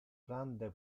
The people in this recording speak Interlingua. grande